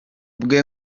bwe